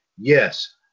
yes